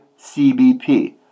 CBP